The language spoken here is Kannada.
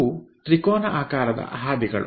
ಇವು ತ್ರಿಕೋನ ಆಕಾರದ ಹಾದಿಗಳು